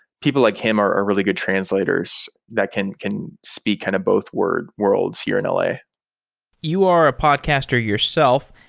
people like him are are really good translators that can can speak kind of both worlds here in l a you are a podcaster yourself.